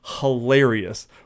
Hilarious